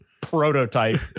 prototype